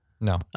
No